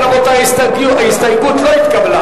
אם כן, ההסתייגות לא התקבלה.